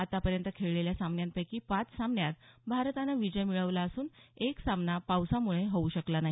आतापर्यंत खेळलेल्या सामन्यांपैकी पाच सामन्यात भारतानं विजय मिळवला असून एक सामना पावसामुळे होऊ शकला नाही